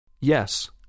Yes